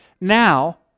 now